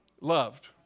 Loved